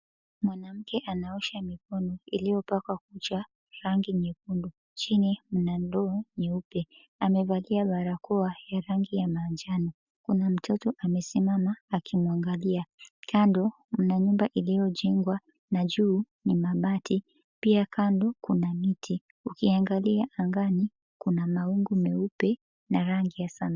Mwanamke anaosha mikono iliyopakwa kucha rangi nyekundu, chini mna ndoo nyeupe, amevalia barakoa ya rangi ya manjano. Kuna mtoto amesimama akimwangalia. Kando mna nyumba iliyojengwa na juu ni mabati, pia kando kuna miti. Ukiangalia angani kuna mawingu meupe na rangi ya samawati.